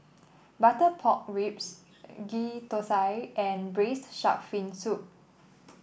Butter Pork Ribs Ghee Thosai and Braised Shark Fin Soup